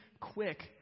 quick